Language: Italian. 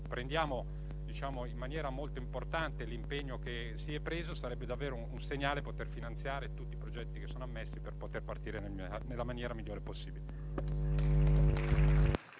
Consideriamo molto importante l'impegno che si è assunto. Sarebbe un segnale poter finanziare tutti i progetti che sono ammessi, per poter partire nella maniera migliore possibile.